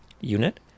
unit